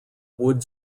wood